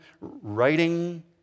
writing